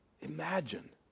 Imagine